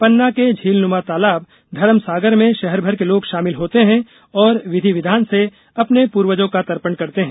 पन्ना के झीलनुमा तालाब धरम सागर मे शहर भर के लोग शामिल होते है और विधि विधान से अपने पूर्वजों को तर्पण करते है